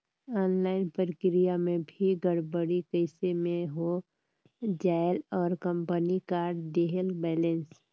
Online प्रक्रिया मे भी गड़बड़ी कइसे मे हो जायेल और कंपनी काट देहेल बैलेंस?